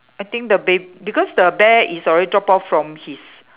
I think the bab~ because the bear is already drop off from his